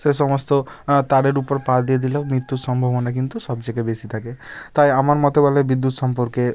সে সমস্ত তারের উপর পা দিয়ে দিলে মৃত্যুর সম্ভবনা কিন্তু সব চেগে বেশি থাকে তাই আমার মতে বলে বিদ্যুৎ সম্পর্কে